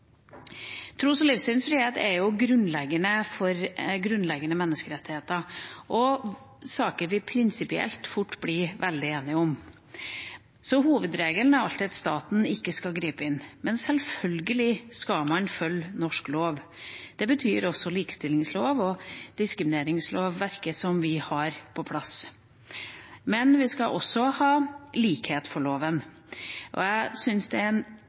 Tros- og livssynsfrihet er grunnleggende menneskerettigheter og saker vi prinsipielt fort blir veldig enige om. Hovedregelen er alltid at staten ikke skal gripe inn. Men selvfølgelig skal man følge norsk lov. Det betyr også likestillingslov og diskrimineringslov, som vi har på plass. Men vi skal også ha likhet for loven. Og jeg syns det er en